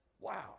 Wow